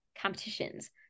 competitions